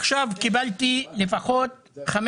מאחל החלמה מהירה לפצועים,